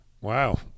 Wow